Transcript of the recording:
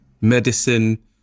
medicine